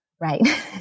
right